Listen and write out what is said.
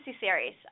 series